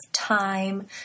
time